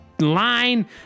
line